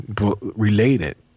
related